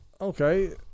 Okay